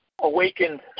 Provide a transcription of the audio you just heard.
awakened